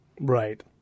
Right